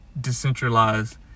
decentralized